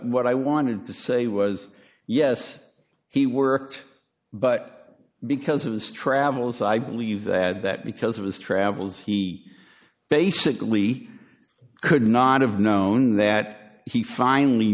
what i wanted to say was yes he worked but because of his travels i believe that that because of his travels he basically could not have known that he finally